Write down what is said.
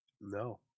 no